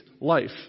life